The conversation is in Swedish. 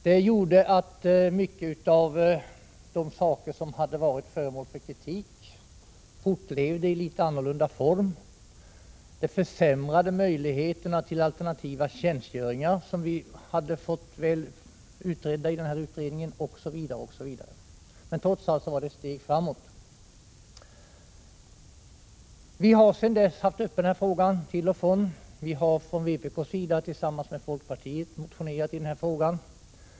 Detta ledde till att många saker som varit föremål för kritik fortlevde i litet annorlunda form. Det försämrade möjligheterna till alternativa tjänstgöringar som vi hade fått väl utredda osv. Men trots allt var det ett steg framåt. Sedan dess har vi haft denna fråga uppe till och från. Vi har från vpk:s sida tillsammans med folkpartiet motionerat i denna fråga.